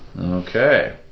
Okay